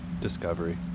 Discovery